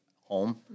home